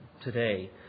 today